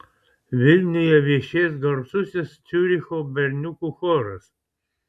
vilniuje viešės garsusis ciuricho berniukų choras